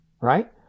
right